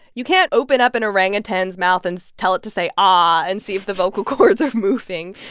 you can't open up an orangutan's mouth and tell it to say ahh and see if the vocal cords are moving.